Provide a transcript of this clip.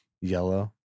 Yellow